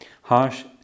Harsh